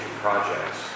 projects